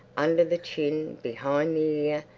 under the chin, behind the